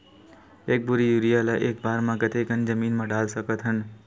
एक बोरी यूरिया ल एक बार म कते कन जमीन म डाल सकत हन?